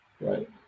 right